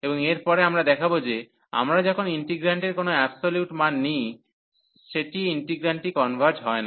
এবং এর পরে আমরা দেখাব যে আমরা যখন ইন্টিগ্রান্টের কোন অ্যাবসোলিউট মান নিই সেট ইন্টিগ্রান্টটি কনভার্জ হয় না